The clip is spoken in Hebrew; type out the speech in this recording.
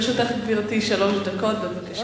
לרשותך, גברתי, שלוש דקות.